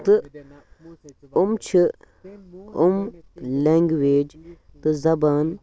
تہٕ یِم چھِ یِم لینٛگویج تہٕ زَبان